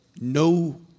no